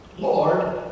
Lord